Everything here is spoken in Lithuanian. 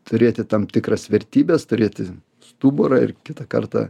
turėti tam tikras vertybes turėti stuburą ir kitą kartą